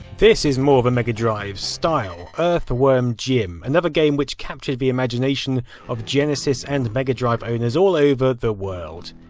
this is more the mega drive's style. earthworm jim. another game which captured the imagination of genesis and mega drive owners all over the world.